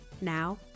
Now